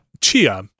Chia